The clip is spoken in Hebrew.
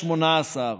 18,